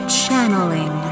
channeling